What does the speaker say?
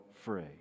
free